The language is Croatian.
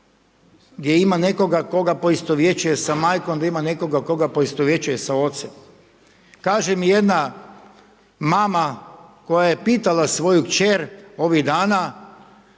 gdje ima nekoga koga poistovjećuje sa majkom, da ima nekoga koga poistovjećuje sa ocem. Kaže mi jedna mama koja je pitala svoju kćer ovih dana